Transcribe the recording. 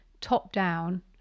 top-down